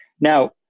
Now